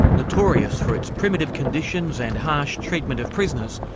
notorious for its primitive conditions and harsh treatment of prisoners.